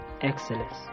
excellence